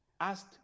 asked